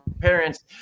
parents